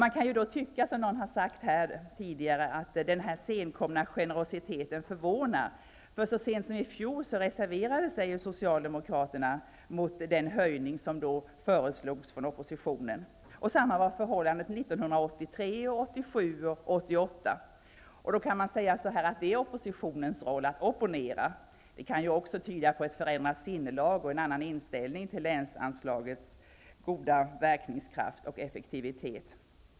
Denna senkomna generositet förvånar, därför att så sent som i fjol reserverade sig Socialdemokraterna mot den höjning som då föreslogs från oppositionen. Förhållandet var detsamma 1983, 1987 och 1988. Man kan säga att det är oppositionens roll att opponera, men det kan också tyda på ett förändrat sinnelag och en annan inställning till länsanslagets goda verkningskraft och effektivitet.